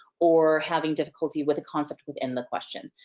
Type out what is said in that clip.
or having difficulty with a concept within the question.